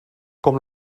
com